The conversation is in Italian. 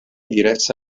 diresse